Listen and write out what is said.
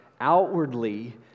outwardly